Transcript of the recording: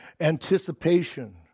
anticipation